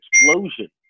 explosion